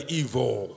evil